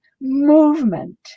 movement